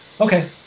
Okay